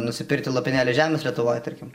nusipirkti lopinėlį žemės lietuvoj tarkim